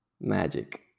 magic